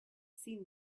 seen